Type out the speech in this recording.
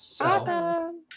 Awesome